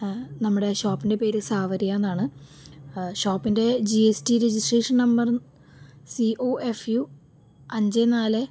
നമ്മുടെ ഷോപ്പിൻ്റെ പേര് സാവരിയ എന്നാണ് ഷോപ്പിൻ്റെ G S T registration number C O F U അഞ്ച് നാല്